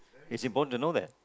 it's important to know that